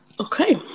okay